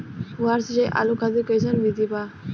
फुहारा सिंचाई आलू खातिर कइसन विधि बा?